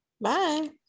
bye